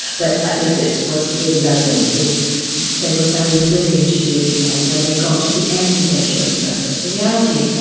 but i think what's really relevant is they were very willing to do it again when they got to the end of their jury service. the reality is,